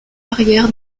arrière